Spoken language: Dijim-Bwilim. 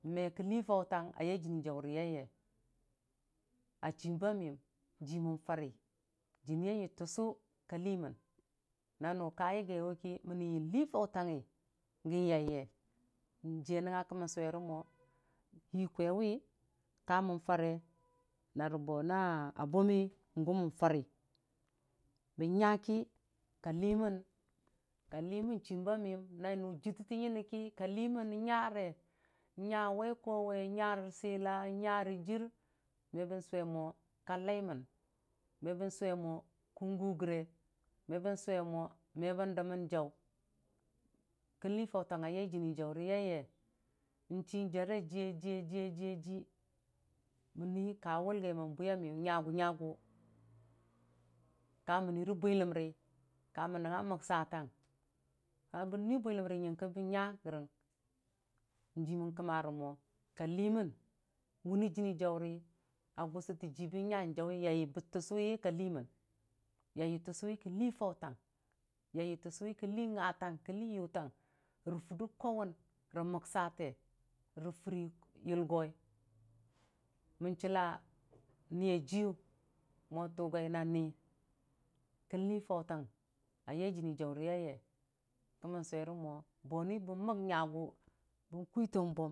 Me kən lii fautang a yai dʊmii jauri yaiya a chimba miyəm ji mən farə dənnii yaiya tʊsu ka lii mən na nʊ ka yagiwʊki mə wʊ lii Fautangngi kən yaiya nyiya nɨnga kəmən suwere mwo hii kwaiwi kamən fare na rə bwona bʊmmii gʊ mən fari bən nyaki ka himən ka liimən chimba miyim na nʊ jittətiyine ki ka liimən n'nyare nya wai kowe nya rə sila, nyə rə dər me bən suwe mwo ka laimən me bən suwe kən gugəri me bən suwe mwo me bən dəmmən jau, kən lii fautangnga, yeya n'chire a jiya jiya tu mənni ka wulgai mən bwiya miyʊ nyagʊ-nyaʊ ka mənni bwiləmri ka mən nɨnga məksatang a kun nui bwiləmri nyn kə bən nya gori njimən kəmmare mo, ka himən wʊni dənnii a gʊsəte jiibən nta njauwe yeya təsʊya ka liimən yeya təsʊ kən lii fau tung yaya təsʊye kən lii nga tang rə fʊrdə kwauwun rə məksare rə furi yolgoi mən chila Niiyajiiyʊ mwo tugai nani kən chii rautang a yai jənni jaurii yaye kəmmən suwere mo boni bə mək nya gʊ na kwitən bum.